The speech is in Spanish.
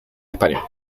españa